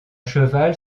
cheval